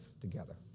together